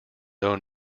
own